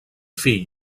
fill